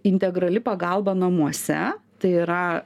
integrali pagalba namuose tai yra